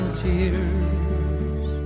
tears